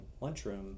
lunchroom